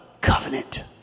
covenant